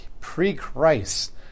Pre-Christ